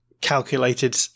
calculated